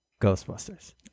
Ghostbusters